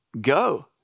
go